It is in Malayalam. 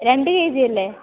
രണ്ട് കെ ജി അല്ലേ